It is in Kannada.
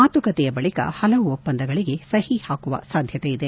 ಮಾತುಕತೆಯ ಬಳಿಕೆ ಪಲವು ಒಪ್ಪಂದಗಳಿಗೆ ಸಹಿ ಹಾಕುವ ಸಾಧ್ಯತೆ ಇದೆ